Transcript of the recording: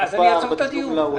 מה הסבסוד להורים,